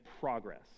progress